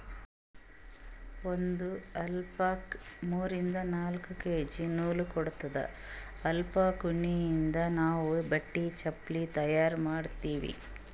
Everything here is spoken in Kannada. ಒಂದ್ ಅಲ್ಪಕಾ ಮೂರಿಂದ್ ನಾಕ್ ಕೆ.ಜಿ ನೂಲ್ ಕೊಡತ್ತದ್ ಅಲ್ಪಕಾ ಉಣ್ಣಿಯಿಂದ್ ನಾವ್ ಬಟ್ಟಿ ಚಪಲಿ ತಯಾರ್ ಮಾಡ್ತೀವಿ